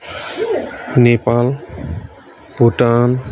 Nepal Bhutan